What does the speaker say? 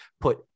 put